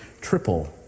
triple